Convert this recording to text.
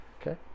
Okay